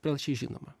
plačiai žinoma